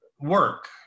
work